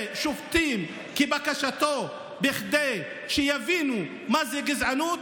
שופטים כבקשתו כדי שיבינו מה זו גזענות,